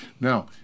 Now